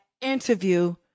Interview